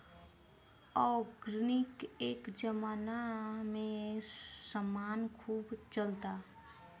organic ए जबाना में समान खूब चलता